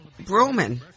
Broman